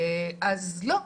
אז לא,